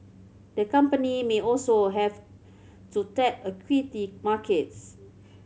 the company may also have to tap equity markets